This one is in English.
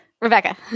Rebecca